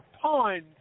pond